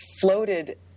floated